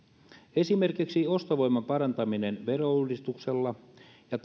esimerkiksi ostovoiman parantaminen verouudistuksella ja